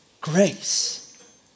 grace